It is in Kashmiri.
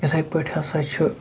اِتھے پٲٹھۍ ہَسا چھِ